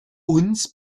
uns